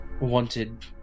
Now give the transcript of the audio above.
wanted